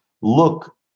look